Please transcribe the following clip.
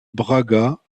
braga